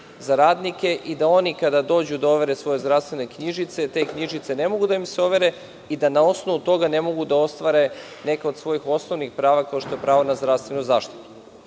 za radnike i da oni kada dođu da overe svoje zdravstvene knjižice, te knjižice ne mogu da im se overe i da na osnovu toga ne mogu da ostvare neka od svojih osnovnih prava, kao što je pravo na zdravstvenu zaštitu.